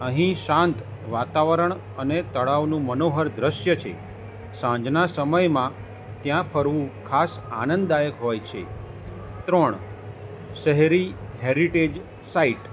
અહીં શાંત વાતાવરણ અને તળાવનું મનોહર દૃશ્ય છે સાંજના સમયમાં ત્યાં ફરવું ખાસ આનંદાયક હોય છે ત્રણ શહેરી હેરિટેજ સાઇટ્સ